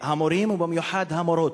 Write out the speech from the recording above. המורים, ובמיוחד המורות,